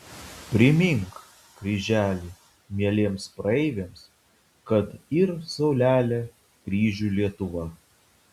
primink kryželi mieliems praeiviams kad yr saulelė kryžių lietuva